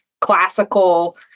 classical